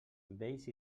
vells